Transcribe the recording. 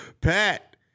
Pat